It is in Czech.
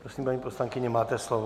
Prosím, paní poslankyně, máte slovo.